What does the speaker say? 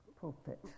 pulpit